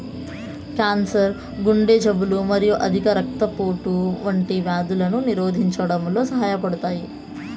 cancer, గుండె జబ్బులు మరియు అధిక రక్తపోటు వంటి వ్యాధులను నిరోధించడంలో సహాయపడతాయి